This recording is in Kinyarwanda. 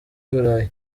burayi